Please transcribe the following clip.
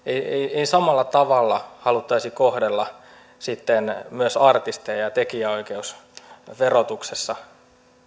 ei samalla tavalla haluttaisi kohdella sitten myös artisteja tekijänoikeusverotuksessa